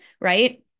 right